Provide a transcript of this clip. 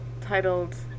titled